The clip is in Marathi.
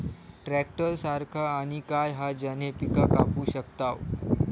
ट्रॅक्टर सारखा आणि काय हा ज्याने पीका कापू शकताव?